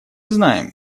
знаем